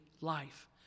life